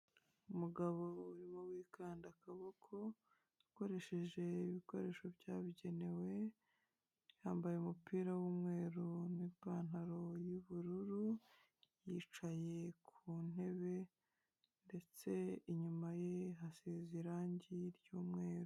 Umugabo urimo wikanda akaboko, akoresheje ibikoresho byabugenewe, yambaye umupira w'umweru n'ipantaro y'ubururu, yicaye ku ntebe ndetse inyuma ye hasize irangi ry'umweru.